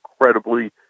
incredibly